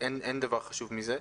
אין דבר חשוב מזה.